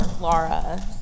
laura